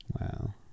Wow